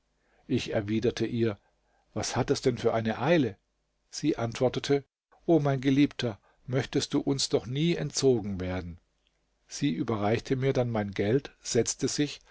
ich erwiderte ihr was hat es denn für eine eile sie antwortete o mein geliebter möchtest du uns doch nie entzogen werden sie überreichte mir dann mein geld setzte sich